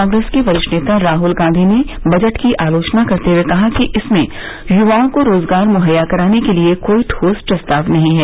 कांग्रेस के वरिष्ठ नेता राहुल गांधी ने बजट की आलोचना करते हुए कहा कि इसमें युवाओं को रोजगार मुहैया कराने के लिए कोई ठोस प्रस्ताव नहीं है